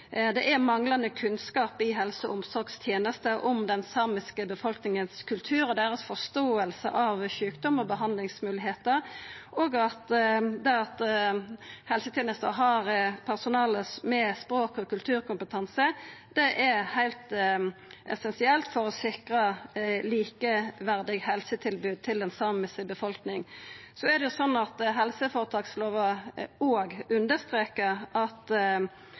Det er manglande kunnskap i helse- og omsorgstenesta om kulturen til den samiske befolkninga og deira forståing av sjukdom og behandlingsmoglegheitene. At helsetenesta har eit personale med språk- og kulturkompetanse, er heilt essensielt for å sikra eit likeverdig helsetilbod til den samiske befolkninga. Også helseføretakslova understreker at